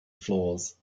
flaws